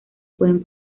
pueden